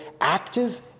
active